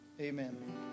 Amen